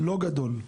לא גדול,